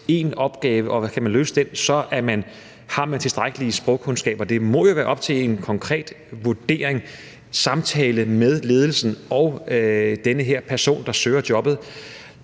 én opgave, og hvis man kan løse den, har man tilstrækkelige sprogkundskaber. Det må jo være op til en konkret vurdering, en samtale mellem ledelsen og den her person, der søger jobbet.